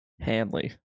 Hanley